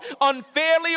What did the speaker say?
unfairly